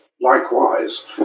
likewise